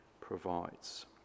provides